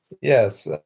Yes